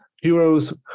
heroes